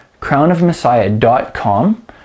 crownofmessiah.com